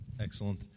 Excellent